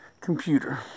computer